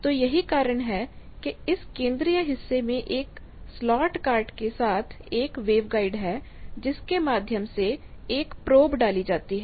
तो यही कारण है कि इस केंद्रीय हिस्से में एक स्लॉट कार्ट के साथ एक वेवगाइड है जिसके माध्यम से एक प्रोब डाली जाती है